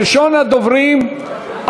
ראשון הדוברים,